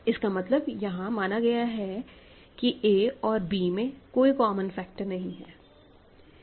इसका मतलब यहां माना गया है कि a और b में कोई कॉमन फैक्टर नहीं है